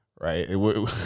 right